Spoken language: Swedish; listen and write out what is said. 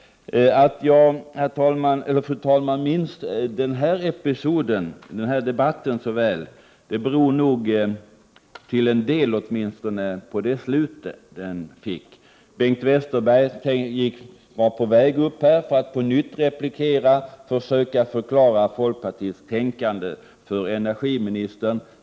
Att jag, fru talman, minns den här debatten så väl beror åtminstone till en del på det slut den fick. Bengt Westerberg var på väg upp till talarstolen för att på nytt replikera och försöka förklara folkpartiets tänkande för energiministern.